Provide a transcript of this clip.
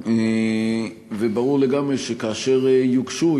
וברור לגמרי שכאשר יוגשו,